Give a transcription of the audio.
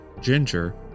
Ginger